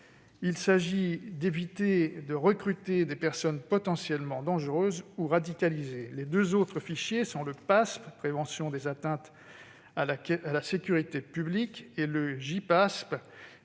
Il s'agit d'éviter de recruter des personnes potentiellement dangereuses ou radicalisées. Les deux autres fichiers sont le PASP, pour « prévention des atteintes à la sécurité publique », et le Gipasp,